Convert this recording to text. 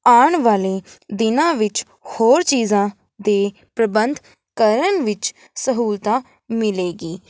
ਆਉਣ ਵਾਲੇ ਦਿਨਾਂ ਵਿੱਚ ਹੋਰ ਚੀਜ਼ਾਂ ਦੇ ਪ੍ਰਬੰਧ ਕਰਨ ਵਿੱਚ ਸਹੂਲਤਾਂ ਮਿਲੇਗੀ